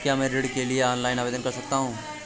क्या मैं ऋण के लिए ऑनलाइन आवेदन कर सकता हूँ?